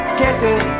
kissing